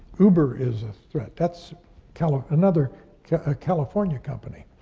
uber is a threat. that's kind of another ah california company.